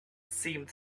seemed